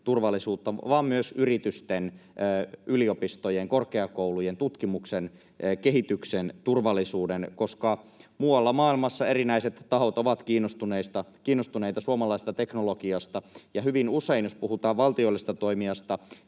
vaan myös yritysten, yliopistojen, korkeakoulujen, tutkimuksen ja kehityksen turvallisuuden, koska muualla maailmassa erinäiset tahot ovat kiinnostuneita suomalaisesta teknologiasta. Ja hyvin usein, jos puhutaan valtiollisesta toimijasta,